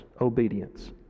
Obedience